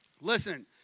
Listen